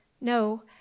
no